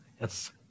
Yes